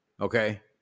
Okay